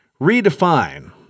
redefine